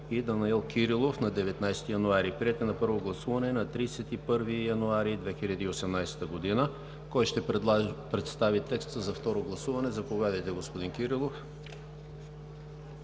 и Данаил Кирилов на 19 януари 2018 г., приет на първо гласуване на 31 януари 2018 г. Кой ще представи текста за второ гласуване? Заповядайте, господин Кирилов.